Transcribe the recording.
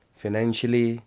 financially